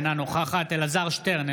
אינה נוכחת אלעזר שטרן,